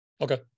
Okay